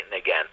again